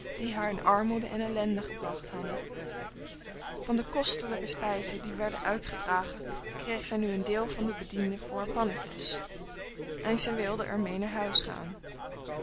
die haar in armoede en ellende gebracht hadden van de kostelijke spijzen die werden uitgedragen kreeg zij nu een deel van de bedienden voor haar pannetjes en zij wilde er meè naar huis gaan